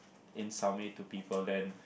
in some way to people then